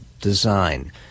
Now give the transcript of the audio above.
Design